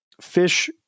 fish